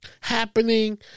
Happening